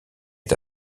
est